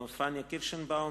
פניה קירשנבאום,